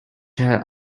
her